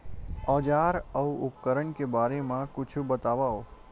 औजार अउ उपकरण के बारे मा कुछु बतावव?